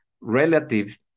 relative